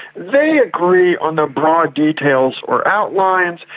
they agree on the broad details or outlines,